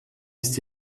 ist